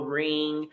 ring